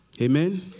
Amen